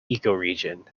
ecoregion